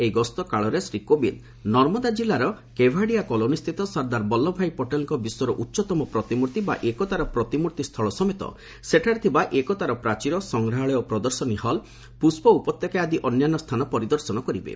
ଏହି ଗସ୍ତ କାଳରେ ଶ୍ରୀ କୋବିନ୍ଦ ନର୍ମଦା ଜିଲ୍ଲାର କେଭାଡ଼ିଆ କଲୋନିସ୍ଥିତ ସର୍ଦ୍ଦାର ବଲ୍ଲଭ ଭାଇ ପଟେଲଙ୍କ ବିଶ୍ୱର ଉଚ୍ଚତମ ପ୍ରତିମୂର୍ତ୍ତି ବା ଏକତାର ପ୍ରତିମୂର୍ତ୍ତି ସ୍ଥଳ ସମେତ ସେଠାରେ ଥିବା ଏକତାର ପ୍ରାଚୀର ସଂଗ୍ରହାଳୟ ଓ ପ୍ରଦର୍ଶନୀ ହଲ୍ ପୁଷ୍ପ ଉପତ୍ୟକା ଆଦି ଅନ୍ୟାନ୍ୟ ସ୍ଥାନ ପରିଦର୍ଶନ କରିବେ